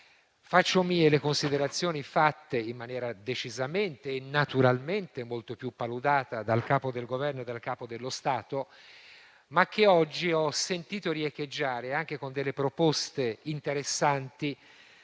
faccio mie le considerazioni fatte, in maniera decisamente e naturalmente molto più paludata, dal Capo del Governo e dal Capo dello Stato, ma che oggi ho sentito riecheggiare anche con delle proposte interessanti